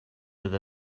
fydd